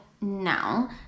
now